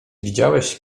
widziałeś